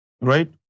right